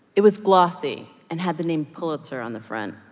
it was glossy and had the name pulitzer on the front.